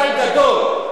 מזל גדול,